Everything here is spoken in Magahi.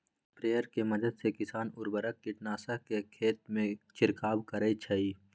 स्प्रेयर के मदद से किसान उर्वरक, कीटनाशक के खेतमें छिड़काव करई छई